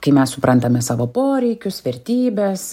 kai mes suprantame savo poreikius vertybes